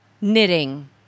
knitting